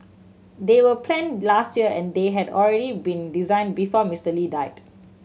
they were planned last year and they had already been designed before Mister Lee died